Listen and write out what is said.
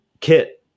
kit